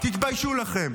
תתביישו לכם.